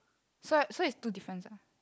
so so it's two difference ah